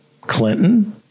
Clinton